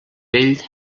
vell